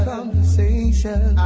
Conversation